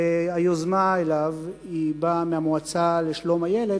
והיוזמה באה מהמועצה לשלום הילד,